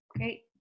okay